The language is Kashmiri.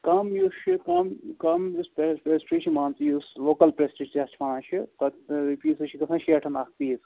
کَم یُس چھُ کٕم کَم یُس پیٚس پیٚسٹری چھِ مان ژٕ یُس لوکل پیٚسٹری چھِ یتھ چھِ وَنان چھِ تتھ یہِ چھِ گَژھان شیٚٹھن اَکھ پیٖس